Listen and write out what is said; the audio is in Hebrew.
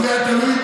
לא, אתה לא זוכר.